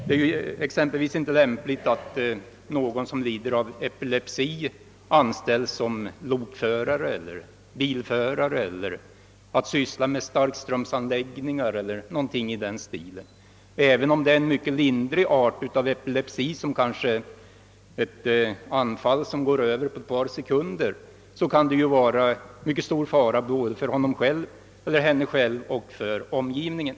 Det är t.ex. inte lämpligt att någon som lider av epilepsi anställs som lokförare eller bilförare, till att syssla med starkströmsanläggningar etc. även om det är fråga om en lindrig art av epilepsi med kanske ett anfall som går över på ett par sekunder kan det innebära fara för både honom själv och omgivningen.